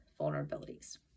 vulnerabilities